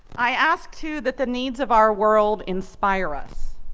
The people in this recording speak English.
i asked to that the needs of our world inspire us,